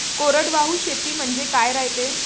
कोरडवाहू शेती म्हनजे का रायते?